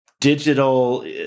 digital